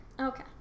Okay